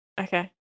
Okay